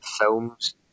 Films